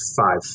five